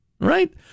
Right